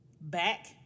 back